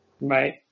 Right